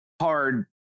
hard